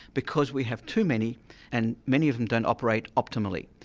because we have too many and many of them don't operate optimally.